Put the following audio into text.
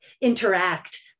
interact